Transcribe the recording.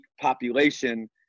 population